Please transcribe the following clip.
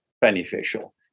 beneficial